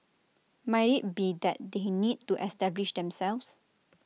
might IT be that they need to establish themselves